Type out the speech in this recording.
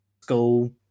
school